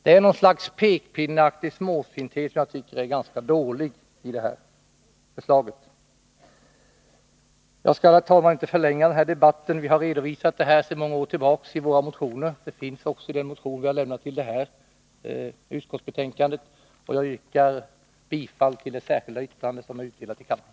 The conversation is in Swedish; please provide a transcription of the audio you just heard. Det är något slags pekpinneaktig småsinthet som jag tycker är ganska dålig. Jag skall, herr talman, inte förlänga debatten. Vi har sedan många år tillbaka redovisat vår uppfattning i motioner, och förslagen finns med i den motion som behandlas i det föreliggande utskottsbetänkandet. Jag yrkar bifall till det särskilda yrkande som är utdelat i kammaren.